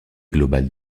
globale